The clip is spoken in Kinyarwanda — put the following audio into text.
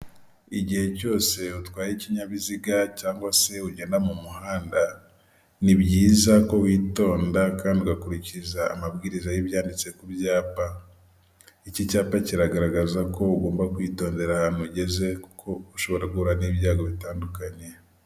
Igihe cyose utwaye ikinyabiziga cyangwa se ugenda mu muhanda, ni byiza ko witonda kandi ugakurikiza amabwiriza y'ibyanditse ku byapa. Iki cyapa kiragaragaza ko ugomba kwitondera ahantu ugeze, kuko ushobora guhura n'ibyago bitandukanye.